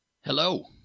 Hello